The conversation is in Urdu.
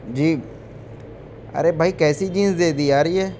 جی ارے بھائی کیسی جینس دے دی یار یہ